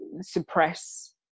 suppress